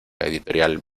editorial